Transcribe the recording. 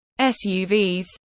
SUVs